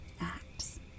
Acts